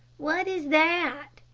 what is that?